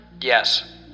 Yes